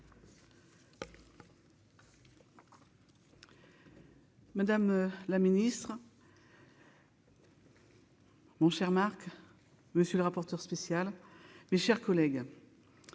Madame la ministre. Mon cher Marc, monsieur le rapporteur spécial, mes chers collègues,